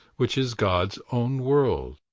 which is god's own world.